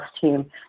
team